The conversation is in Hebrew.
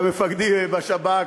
היה מפקדי בשב"כ,